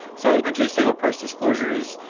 so and to explain what price disclosure is,